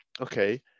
okay